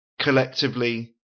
collectively